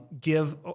give